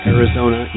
Arizona